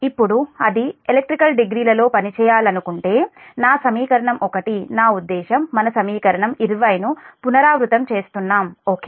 ఇప్పుడు అది ఎలక్ట్రికల్ డిగ్రీలలో పని చేయాలనుకుంటే ఈ సమీకరణం నా ఉద్దేశ్యం మనం సమీకరణం 20 ను పునరావృతం చేస్తున్నాం ఓకే